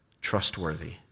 trustworthy